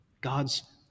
God's